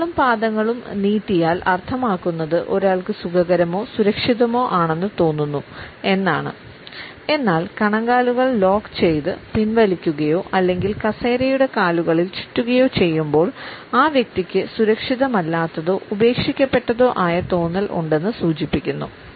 കാലുകളും പാദങ്ങളും നീട്ടിയാൽ അർത്ഥമാക്കുന്നത് ഒരാൾക്ക് സുഖകരമോ സുരക്ഷിതമോ ആണെന്ന് തോന്നുന്നു എന്നാണു എന്നാൽ കണങ്കാലുകൾ ലോക്ക് ചെയ്തു പിൻവലിക്കുകയോ അല്ലെങ്കിൽ കസേരയുടെ കാലുകളിൽ ചുറ്റുകയോ ചെയ്യുമ്പോൾ ആ വ്യക്തിക്ക് സുരക്ഷിതമല്ലാത്തതോ ഉപേക്ഷിക്കപ്പെട്ടതോ ആയ തോന്നൽ ഉണ്ടെന്ന് സൂചിപ്പിക്കുന്നു